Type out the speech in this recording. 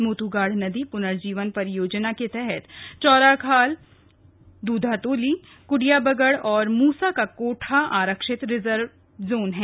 मोथूगाढ़ नदी पुनर्जीवन परियोजना के तहत चौराखाल दूधातोली कुडियाबगड़ और मूसा का कोठा आरक्षित रिजर्व जोन है